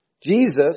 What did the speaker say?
Jesus